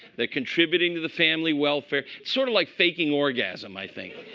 they're contributing to the family welfare. sort of like faking orgasm i think.